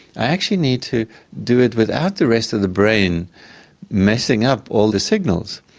i actually need to do it without the rest of the brain messing up all the signals.